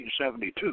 1972